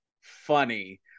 funny